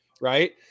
Right